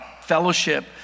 fellowship